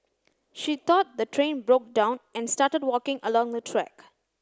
she thought the train broke down and started walking along the track